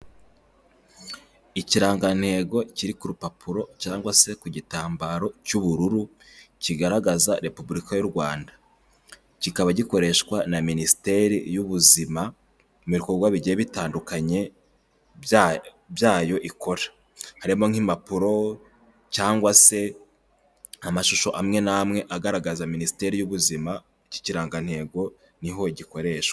Ikirangantego kiri ku rupapuro cyangwa se ku gitambaro cy'ubururu kigaragaza Repubulika y'u Rwanda. Kikaba gikoreshwa na Minisiteri y'ubuzima mu bikorwa bigiye bitandukanye byayo ikora harimo nk'impapuro cyangwa se amashusho amwe n'amwe agaragaza Minisiteri y'ubuzima, iki kirangantego niho gikoreshwa.